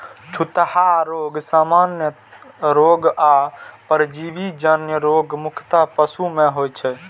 छूतहा रोग, सामान्य रोग आ परजीवी जन्य रोग मुख्यतः पशु मे होइ छै